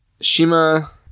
Shima